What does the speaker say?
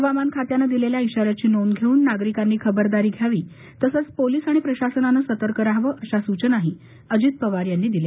हवामान खात्याने दिलेल्या इशाऱ्याची नोंद घेऊन नागरिकांनी खबरदारी घ्यावी तसंच पोलीस आणि प्रशासनाने सतर्क रहावे अशा सूचनाही अजित पवार यांनी दिल्या